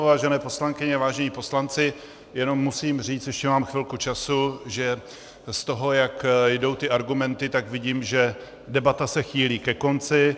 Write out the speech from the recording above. Vážené poslankyně, vážení poslanci, jenom musím říct, ještě mám chvilku času, že z toho, jak jdou ty argumenty, vidím, že debata se chýlí ke konci.